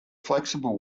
flexible